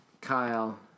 Kyle